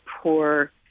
poor